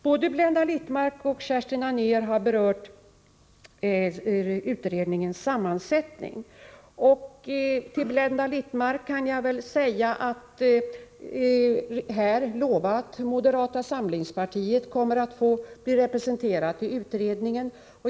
Både Blenda Littmarck och Kerstin Anér har berört utredningens sammansättning. Jag kan här lova Blenda Littmarck att moderata samlingspartiet kommer att bli representerat i utredningen.